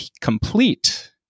complete